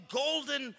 golden